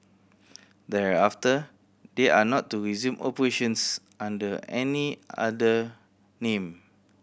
thereafter they are not to resume operations under any other name